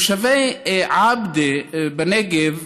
תושבי עבדה בנגב,